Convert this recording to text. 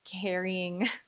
carrying